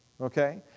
Okay